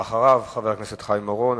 ואחריו, חבר הכנסת חיים אורון.